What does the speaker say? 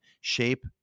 shape